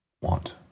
want